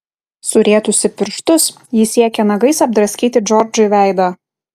surietusi pirštus ji siekė nagais apdraskyti džordžui veidą